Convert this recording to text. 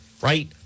right